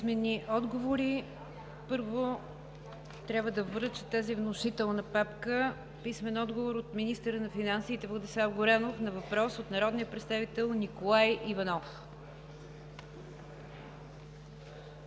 НИГЯР ДЖАФЕР: Първо трябва да връча тази внушителна папка с писмени отговори от: - министъра на финансите Владислав Горанов на въпрос от народния представител Николай Иванов;